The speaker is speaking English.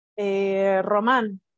Roman